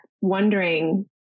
wondering